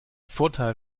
vorteil